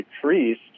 decreased